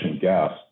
gas